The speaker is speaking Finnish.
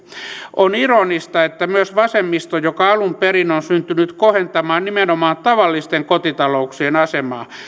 on ironista että myös vasemmisto joka alun perin on syntynyt kohentamaan nimenomaan tavallisten kotitalouksien asemaa